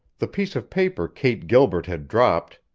the piece of paper kate gilbert had dropped,